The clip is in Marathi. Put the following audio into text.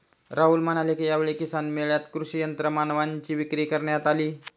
राहुल म्हणाले की, यावेळी किसान मेळ्यात कृषी यंत्रमानवांची विक्री करण्यात आली